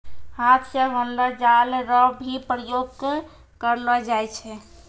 हाथ से बनलो जाल रो भी प्रयोग करलो जाय छै